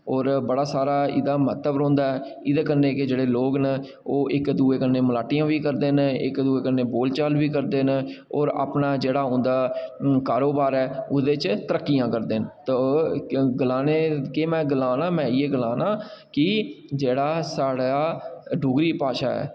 होर बड़ा सारा एह्दा मैहत्व रौंह्दा ऐ ते एह्दे कन्नै जेह्ड़े लोक न ओह् इक दूए कन्नै मलाटियां बी करदे न इक दूए कन्नै बोल चाल बी करदे न और अपना जेह्ड़ा उंदा कारोबार ऐ ते ओह्दे च तरक्कियां करदे न ते गलानें च केह् में गलाना में इ'यै गलाना कि जेह्ड़ी साढ़ा डोगरी भाशा ऐ